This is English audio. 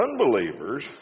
unbelievers